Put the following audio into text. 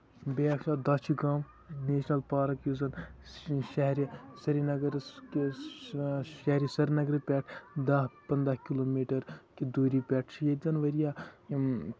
بیٚیہِ اَکثر Dachigam national park یُس زَن شَہرِ سرنَگرَس شہرِ سرنگرٕ پٮ۪ٹھ دہ پَنداہ کِلوٗ میٖٹر کہِ دوٗرِی پٮ۪ٹھ چھُ ییٚتین واریاہ یِم